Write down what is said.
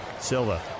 Silva